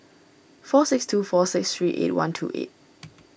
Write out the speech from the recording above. four six two four six three eight one two eight